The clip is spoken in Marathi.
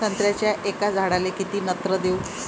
संत्र्याच्या एका झाडाले किती नत्र देऊ?